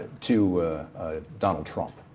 to donald trump.